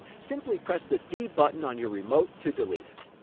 simply press the d button on your remote to delete it.